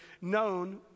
known